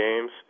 games